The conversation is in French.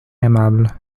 aimable